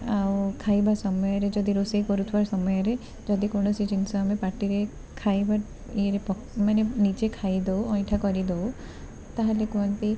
ଆଉ ଖାଇବା ସମୟରେ ଯଦି ରୋଷେଇ କରୁଥିବା ସମୟରେ ଯଦି କୌଣସି ଜିନିଷ ଆମେ ପାଟିରେ ଖାଇବା ଇଏରେ ପକ ମାନେ ନିଜେ ଖାଇଦେଉ ଅଇଁଠା କରିଦେଉ ତାହେଲେ କୁହନ୍ତି